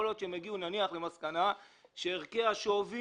יכול להיות שהם הגיעו למסקנה שערכי השווי,